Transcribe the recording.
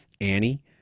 Annie